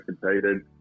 competed